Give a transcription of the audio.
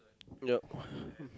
yup